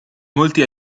molti